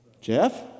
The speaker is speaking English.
Jeff